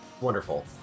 Wonderful